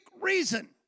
reason